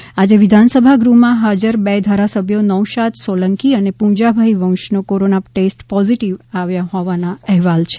તો આજે વિધાનસભા ગૃહમાં હાજર બે ધારાસભ્યો નૌશાદ સોલંકી અને પૂંજાભાઇ વંશનો કોરોના ટેસ્ટ પોઝીટીવ આવ્યો હોવાના અહેવાલ છે